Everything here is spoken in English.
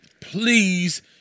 please